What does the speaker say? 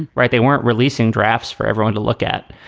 right. they weren't releasing drafts for everyone to look at.